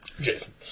Jason